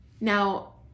now